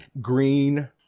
green